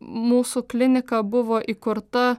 mūsų klinika buvo įkurta